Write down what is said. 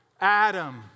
Adam